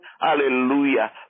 Hallelujah